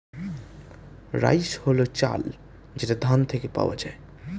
rice হল চাল যেটা ধান থেকে পাওয়া যায়